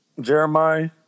Jeremiah